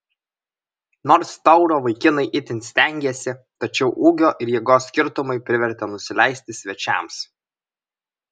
nors tauro vaikinai itin stengėsi tačiau ūgio ir jėgos skirtumai privertė nusileisti svečiams